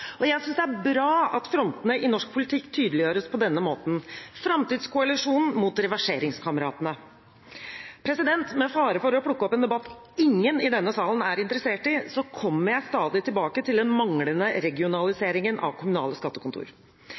mot. Jeg synes det er bra at frontene i norsk politikk tydeliggjøres på denne måten – framtidskoalisjonen mot reverseringskameratene. Med fare for å plukke opp en debatt ingen i denne salen er interessert i, kommer jeg stadig tilbake til den manglende regionaliseringen av kommunale skattekontor.